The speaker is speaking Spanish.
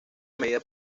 medida